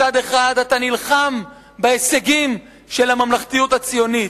מצד אחד, אתה נלחם בהישגים של הממלכתיות הציונית.